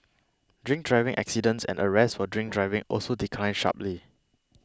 drink driving accidents and arrests for drink driving also declined sharply